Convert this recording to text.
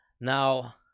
now